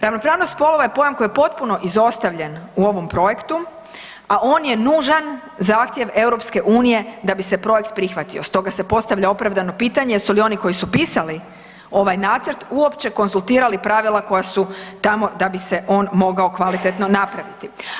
Ravnopravnost spolova je pojam koji je potpuno izostavljen u ovom projektu a on je nužan zahtjev EU-a da bi se projekt prihvatio, stoga se postavlja opravdano pitanje jesu li oni koji su pisali ovaj nacrt, uopće konzultirali pravila koja su tamo da bi se on mogao kvalitetno napraviti?